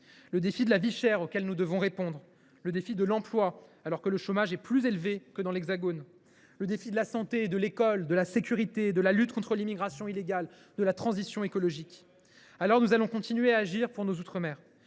le défi de la vie chère, auquel nous devons répondre ; le défi de l’emploi, alors que le chômage y est plus élevé que dans l’Hexagone ; les défis de la santé, de l’école, de la sécurité ; ceux, enfin, que constituent la lutte contre l’immigration illégale et la transition écologique. Aussi, nous allons continuer à agir pour nos outre mer,